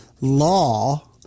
law